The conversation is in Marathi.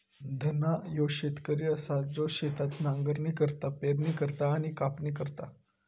धन्ना ह्यो शेतकरी असा जो शेतात नांगरणी करता, पेरणी करता आणि कापणी करता